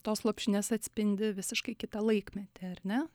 tos lopšinės atspindi visiškai kitą laikmetį ar ne